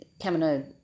Camino